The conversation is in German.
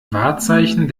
wahrzeichen